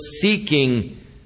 seeking